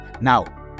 now